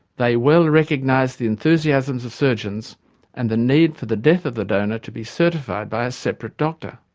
they well recognised the enthusiasms of surgeons and the need for the death of the donor to be certified by a separate doctor.